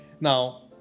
Now